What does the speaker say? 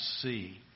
see